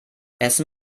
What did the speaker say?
essen